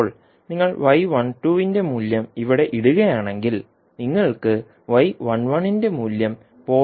ഇപ്പോൾ നിങ്ങൾ ന്റെ മൂല്യം ഇവിടെ ഇടുകയാണെങ്കിൽ നിങ്ങൾക്ക് ന്റെ മൂല്യം 0